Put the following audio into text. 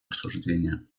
обсуждения